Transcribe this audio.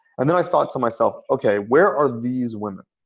and then i thought to myself, ok, where are these women?